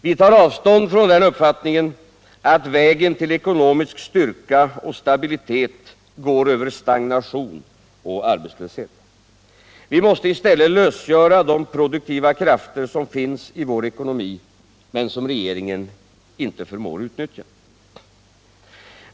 Vi tar avstånd från den uppfattningen att vägen till ekonomisk styrka och stabilitet går över stagnation och arbetslöshet. Vi måste i stället lösgöra de produktiva krafter som finns i vår ekonomi men som regeringen inte förmår utnyttja.